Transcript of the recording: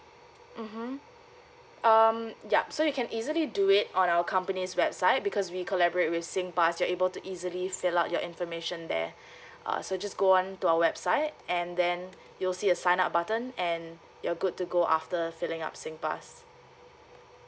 mmhmm um yup so you can easily do it on our company's website because we collaborate with singpass you're able to easily fill up your information there uh so just go on to our website and then you'll see a sign up button and you're good to go after filling up singpass